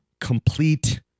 complete